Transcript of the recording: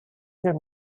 their